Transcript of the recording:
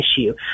issue